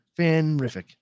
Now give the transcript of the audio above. Fanrific